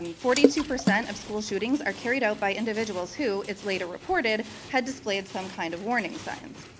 um forty two percent of school shootings are carried out by individuals who it's later reported had displayed some kind of warning signs.